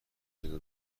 جدا